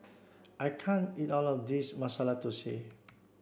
I can't eat all of this Masala Thosai